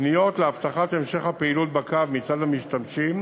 פניות להבטחת המשך הפעילות בקו מצד המשתמשים,